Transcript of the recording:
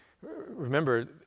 remember